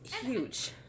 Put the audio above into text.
huge